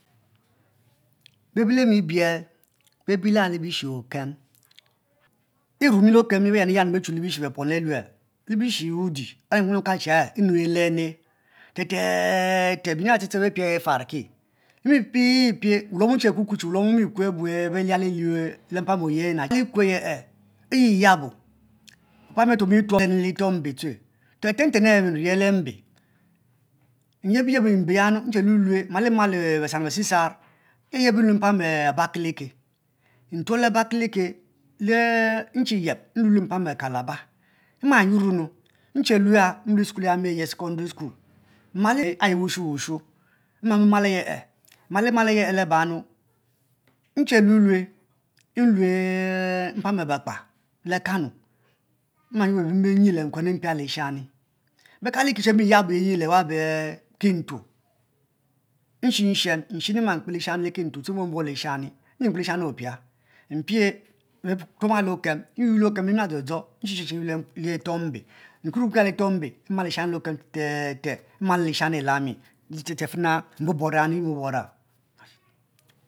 Bebie lemi biel, bebiela le bishi okem be yaniyi echu befom leluel le bishi adi ayi nkalo che enu lene te le e e biyin abia bi pie bifaki, bi mi piepie wulom wuche kuku abu wokue abu belalilie le mpam oye li kue aye eyi yabo, apami a tuom yi wa litoh mbo lue te te nten enu ni ya le mbe nyebi yeb mbe ya nche lue me mmali malo be san besisar nyeb nlue abaka like ntuo le abakalike nchi yeb nlue to calabar mma yuor nu nchi yeb nlue secondary school mmale ayi wushu wushu mmalimalanu nche lue lue nlue mpam akpak le kano, nma your bene benyi le nkuenu mpia lishani bekaliyekalo che be mi yabo eyie le wab be kintuo nshe shen, nghene tue ma kpe lishani mbuon buong yi mbi lishani opie mpie le betuoma le okem nyour le okem emila dzo dzo nshe shen a litoh mbe mumki ya ma litoh mbe ma lishani le okem te te te fina mborobor ya yi mborr bora